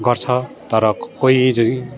गर्छ तर कोई चाहिँ